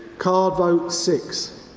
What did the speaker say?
card vote six,